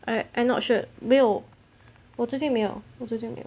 I not sure 没有我最近没有我最近没有